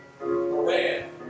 Moran